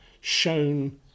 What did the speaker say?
shown